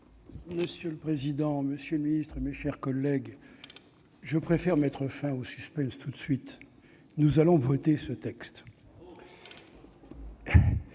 Monsieur le président, monsieur le secrétaire d'État, mes chers collègues, je préfère mettre fin au suspense tout de suite : nous voterons ce texte.